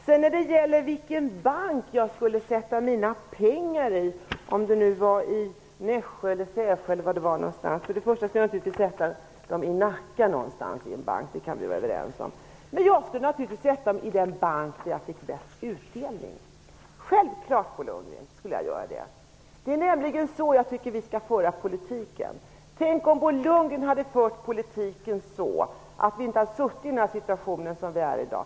Bo Lundgren frågade i vilken bank jag skulle sätta in mina pengar i Nässjö, Sävsjö eller var det nu var någonstans. För det första skulle jag naturligtvis sätta in mina pengar på en bank någonstans i Nacka. Det kan vi vara överens om. För det andra skulle jag naturligtvis sätta in dem på den bank där jag får bäst utdelning. Det skulle jag självfallet göra, Bo Lundgren. Det är nämligen på det sättet jag tycker att vi skall föra politiken. Tänk om Bo Lundgren hade fört politiken så att vi inte hade behövt befinna oss i den situation som vi gör i dag.